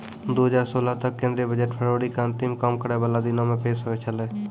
दु हजार सोलह तक केंद्रीय बजट फरवरी के अंतिम काम करै बाला दिनो मे पेश होय छलै